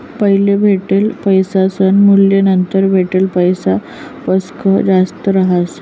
पैले भेटेल पैसासनं मूल्य नंतर भेटेल पैसासपक्सा जास्त रहास